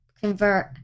convert